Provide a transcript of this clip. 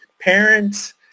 parents